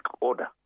order